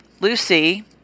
Lucy